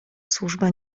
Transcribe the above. służba